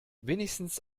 wenigstens